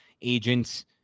agents